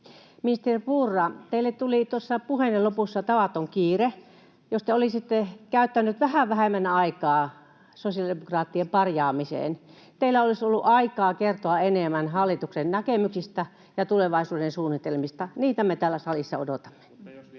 Ministeri Purra, teille tuli tuossa puheenne lopussa tavaton kiire. Jos te olisitte käyttänyt vähän vähemmän aikaa sosiaalidemokraattien parjaamiseen, teillä olisi ollut aikaa kertoa enemmän hallituksen näkemyksistä ja tulevaisuuden suunnitelmista — niitä me täällä salissa odotamme.